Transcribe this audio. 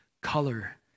color